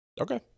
Okay